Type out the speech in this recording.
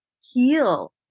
heal